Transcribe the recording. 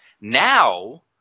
Now